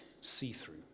see-through